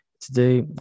today